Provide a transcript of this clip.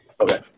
Okay